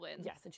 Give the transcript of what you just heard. Yes